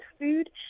food